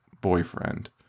boyfriend